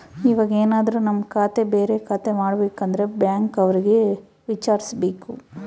ಇವಾಗೆನದ್ರು ನಮ್ ಖಾತೆ ಬೇರೆ ಖಾತೆ ಮಾಡ್ಬೇಕು ಅಂದ್ರೆ ಬ್ಯಾಂಕ್ ಅವ್ರಿಗೆ ವಿಚಾರ್ಸ್ಬೇಕು